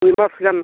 ᱢᱤᱫ ᱵᱚᱠᱥ ᱜᱟᱱ